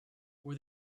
were